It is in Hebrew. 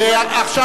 ועדת הכלכלה.